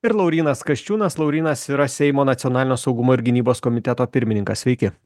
ir laurynas kasčiūnas laurynas yra seimo nacionalinio saugumo ir gynybos komiteto pirmininkas sveiki